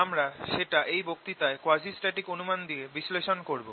আমরা সেটা এই বক্তৃতায় কোয়াজিস্ট্যাটিক অনুমান দিয়ে বিশ্লেষণ করব